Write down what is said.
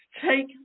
take